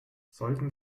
sollten